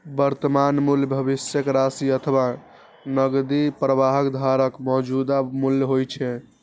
वर्तमान मूल्य भविष्यक राशि अथवा नकदी प्रवाहक धाराक मौजूदा मूल्य होइ छै